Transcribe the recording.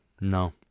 No